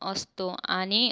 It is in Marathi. असतो आणि